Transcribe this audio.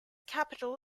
capital